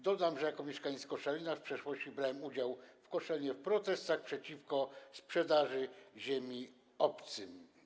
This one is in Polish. Dodam, że jako mieszkaniec Koszalina w przeszłości brałem udział w Koszalinie w protestach przeciwko sprzedaży ziemi obcym.